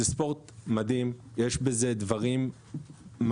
זה ספורט מדהים, יש בזה דברים מדהימים.